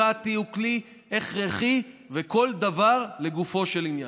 דמוקרטי, הוא כלי הכרחי, וכל דבר לגופו של עניין.